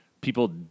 People